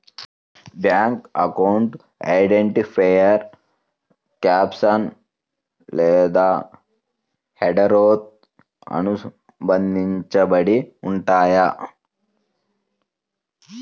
bank అకౌంట్లు identifier caption లేదా హెడర్తో అనుబంధించబడి ఉంటయ్యి